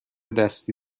دستی